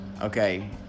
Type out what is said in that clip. Okay